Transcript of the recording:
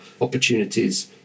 opportunities